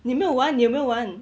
你没有玩你有没有玩